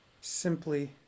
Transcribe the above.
Simply